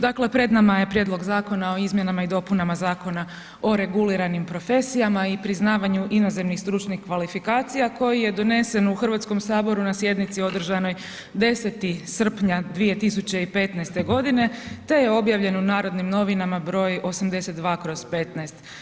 Dakle, pred nama je prijedlog Zakona o izmjenama i dopunama Zakona o reguliranim profesijama i priznavanju inozemnih stručnih kvalifikacija koji je donesen u HS na sjednici održanoj 10. srpnja 2015.g., te je objavljen u Narodnim novinama br. 82/15.